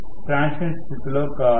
transient స్థితిలో కాదు